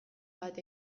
bat